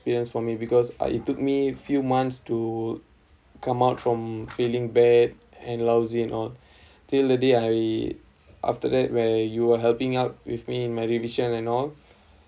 experience for me because uh it took me a few months to come out from feeling bad and lousy and all till the day I after that where you are helping out with me in my revision and all